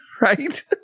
right